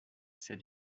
ses